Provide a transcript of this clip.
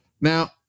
Now